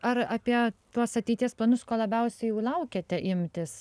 ar apie tuos ateities planus ko labiausiai jau laukiate imtis